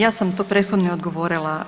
Ja sam to prethodno i odgovorila.